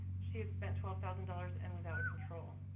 she had spent twelve thousand dollars and was out of control.